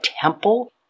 temple